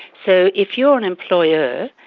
so if you're an employer,